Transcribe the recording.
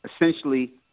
essentially